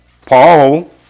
Paul